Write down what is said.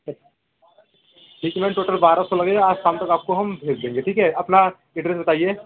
अच्छा इसमें टोटल बारह सौ लगेगा आज शाम तक आपको भेज देंगे ठीक है ना अपना अड्रेस बताइए